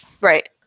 Right